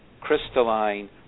crystalline